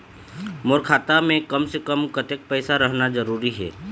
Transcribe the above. मोर खाता मे कम से से कम कतेक पैसा रहना जरूरी हे?